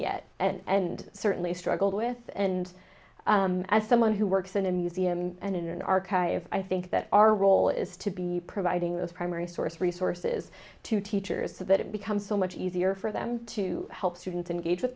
yet and certainly struggled with and as someone who works in a museum and in an archive i think that our role is to be providing the primary source resources to teachers so that it becomes so much easier for them to help students engage with